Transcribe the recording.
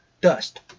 dust